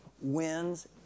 wins